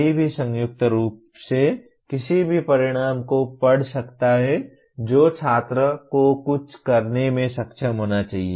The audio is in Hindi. कोई भी संयुक्त रूप से किसी भी परिणाम को पढ़ सकता है जो छात्र को कुछ करने में सक्षम होना चाहिए